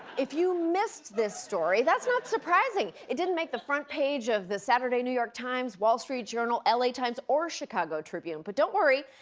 if you missed this story, that's not surprising. it didn't make the front page of the saturday new york times, wall street journal, l a. times, or chicago tribune. but don't worry.